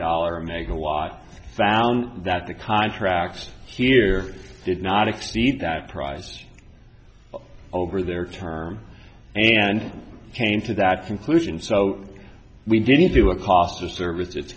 dollars a megawatt found that the contract here did not exceed that price over their term and came to that conclusion so we didn't do a cost of service